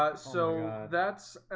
ah so, that's